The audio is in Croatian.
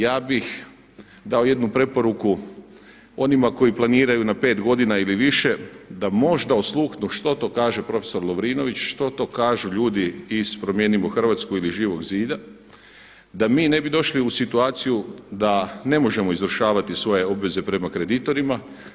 Ja bih dao jednu preporuku onima koji planiraju na 5 godina ili više, da možda osluhnu što to kaže profesor Lovrinović, što to kažu ljudi iz Promijenimo Hrvatsku ili Živog zida, da mi ne bi došli u situaciju da ne možemo izvršavati svoje obveze prema kreditorima.